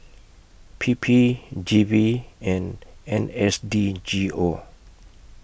P P G V and N S D G O